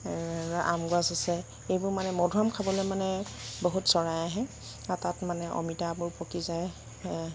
আম গছ আছে এইবোৰ মানে মধুৰীআম খাবলৈ মানে বহুত চৰাই আহে আৰু তাত মানে অমিতাবোৰ পকি যায়